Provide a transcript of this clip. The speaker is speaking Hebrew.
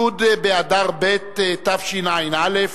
י' באדר ב' התשע"א,